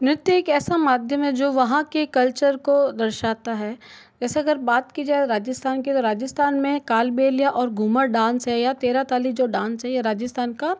नृत्य एक ऐसा माध्यम जो वहाँ के कल्चर को दर्शाता है जैसा अगर बात कि जाए राजस्थान के राजस्थान में कल्बेलिया और घूमर डांस है या तेरा ताली जो डांस यह राजस्थान का